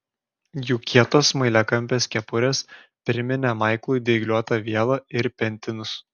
jų kietos smailiakampės kepurės priminė maiklui dygliuotą vielą ir pentinus